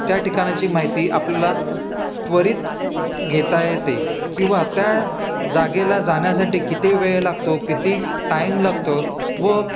त्या ठिकाणाची माहिती आपल्याला त्वरित घेता येते किंवा त्या जागेला जाण्यासाठी किती वेळ लागतो किती टाईम लागतं व